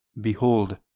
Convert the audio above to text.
behold